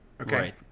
Okay